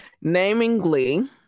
namely